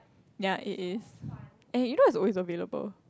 ya it is and you know it is always available